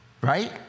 Right